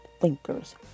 thinkers